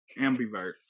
ambivert